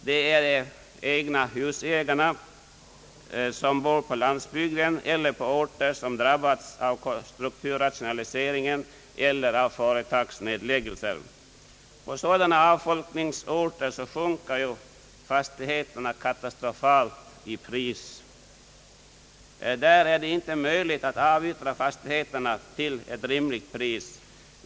Det gäller dem som har eget hus på landsbygden eller på orter som har drabbats av strukturrationaliseringen eller av företagsnedläggelser. På sådana avfolkningsorter sjunker fastigheterna katastrofalt i pris. Där är det inte möjligt att avyttra fastigheter till ett rimligt pris.